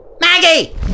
Maggie